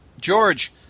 George